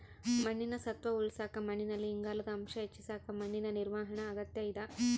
ಮಣ್ಣಿನ ಸತ್ವ ಉಳಸಾಕ ಮಣ್ಣಿನಲ್ಲಿ ಇಂಗಾಲದ ಅಂಶ ಹೆಚ್ಚಿಸಕ ಮಣ್ಣಿನ ನಿರ್ವಹಣಾ ಅಗತ್ಯ ಇದ